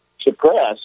suppressed